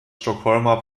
stockholmer